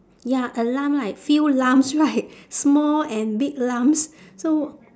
ya a lump right few lumps right small and big lumps so